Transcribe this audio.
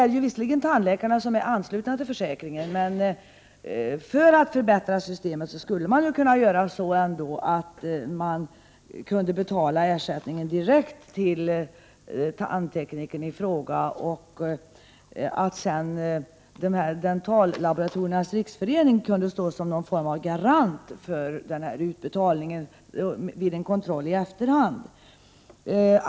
Det är visserligen tandläkarna som är anslutna till försäkringen, men ersättningen borde ändå kunna betalas direkt till tandteknikern i fråga, och Dentallaboratoriernas riksförening skulle kunna stå som garant för denna utbetalning vid en kontroll i efterhand.